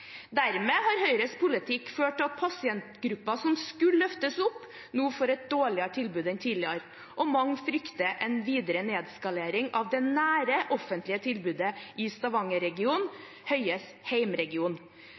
Dermed har Høyres politikk ført til at pasientgrupper som skulle løftes opp, nå får et dårligere tilbud enn tidligere, og mange frykter en videre nedskalering av det nære offentlige tilbudet i